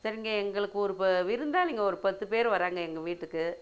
சரிங்க எங்களுக்கு ஒரு வ விருந்தாளிங்க ஒரு பத்து பேரு வராங்க எங்கள் வீட்டுக்கு